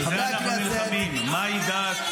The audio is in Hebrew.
על זה אנחנו נלחמים, מהי דת.